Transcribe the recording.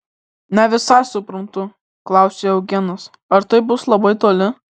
ne visai suprantu klausė eugenas ar tai bus labai toli